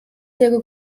wäre